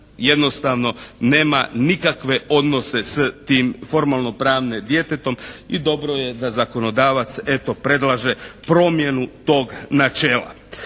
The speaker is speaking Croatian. jednostavno nema nikakve odnose s tim formalno pravne djetetom i dobro je da zakonodavac eto predlaže promjenu tog načela.